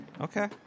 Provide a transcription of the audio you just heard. Okay